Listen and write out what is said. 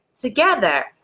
together